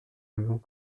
avons